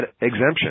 exemption